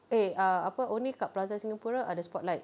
eh ah apa only kat plaza singapura ada spotlight